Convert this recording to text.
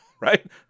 right